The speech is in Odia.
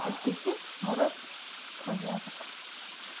ଏତିକି ମୋର କହିବା କଥା